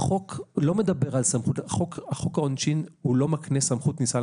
החוק לא מדבר על -- חוק העונשין לא מקנה סמכות כניסה.